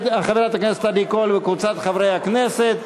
של חברת הכנסת עדי קול וקבוצת חברי הכנסת.